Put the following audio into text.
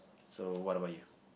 so what about you